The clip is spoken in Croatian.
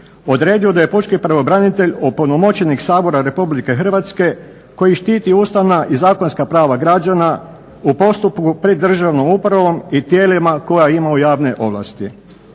odredio da je pučki pravobranitelj opunomoćenik Sabora RH koji štite ustavna i zakonska prava građana u postupku pred državnom upravom i tijelima koja imaju javne ovlasti.